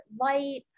light